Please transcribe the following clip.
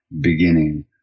beginning